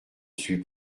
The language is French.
suis